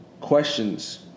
questions